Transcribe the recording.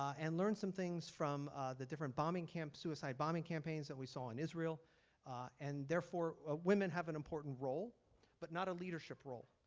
and learned some things from the different bombing camp suicide bombing campaigns that we saw in israel and therefore ah women have an important role but not a leadership role.